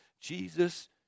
Jesus